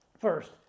First